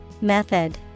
Method